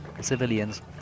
Civilians